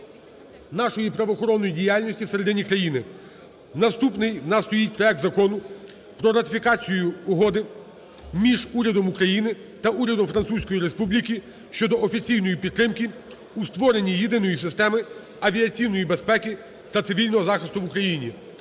нашої правоохоронної діяльності в середині країни. Наступний в нас стоїть проект Закону "Про ратифікацію Угоди між Урядом України та Урядом Французької Республіки щодо офіційної підтримки у створенні єдиної системи авіаційної безпеки та цивільного захисту в Україні"